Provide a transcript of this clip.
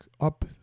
up